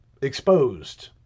exposed